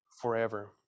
forever